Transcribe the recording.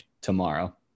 tomorrow